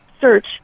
search